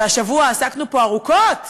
והשבוע עסקנו פה ארוכות